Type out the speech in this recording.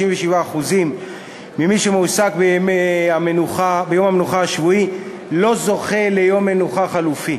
57% ממי שמועסקים ביום המנוחה השבועי לא זוכים ליום מנוחה חלופי.